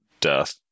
death